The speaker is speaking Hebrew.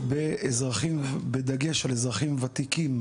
בדגש על אזרחים ותיקים,